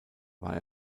war